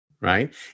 right